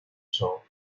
选手